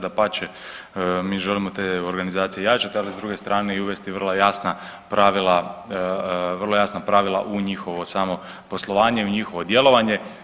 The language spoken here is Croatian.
Dapače, mi želimo te organizacije jačati, ali s druge strane uvesti vrlo jasna pravila u njihovo samo poslovanje, u njihovo djelovanje.